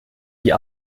die